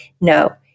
No